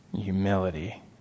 humility